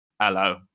hello